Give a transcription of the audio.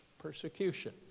Persecution